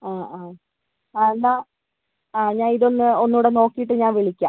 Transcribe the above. ആ ആ ആ എന്നാൽ ആ ഞാനിതൊന്ന് ഒന്നൂടെ നോക്കീട്ട് ഞാൻ വിളിക്കാം